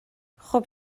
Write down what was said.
خوب